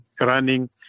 running